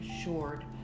assured